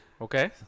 Okay